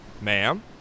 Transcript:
Ma'am